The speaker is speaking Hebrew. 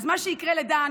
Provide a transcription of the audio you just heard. אז מה שיקרה לדן